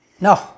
No